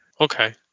Okay